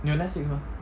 你有 Netflix 吗